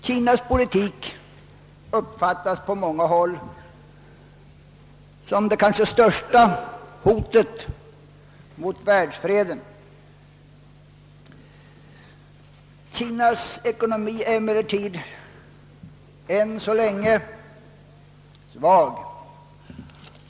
Kinas politik uppfattas på många håll som det kanske största hotet mot världsfreden. Landets ekonomi är emellertid än så länge svag.